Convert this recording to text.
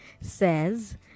says